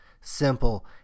simple